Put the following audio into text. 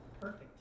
Perfect